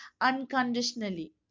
unconditionally